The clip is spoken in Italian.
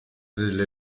delle